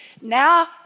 Now